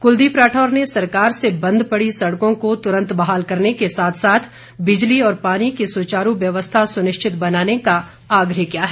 कुलदीप राठौर ने सरकार से बंद पड़ी सड़कों को तुरंत बहाल करने के साथ साथ बिजली और पानी की सुचारू व्यवस्था सुनिश्चित बनाने का आग्रह किया है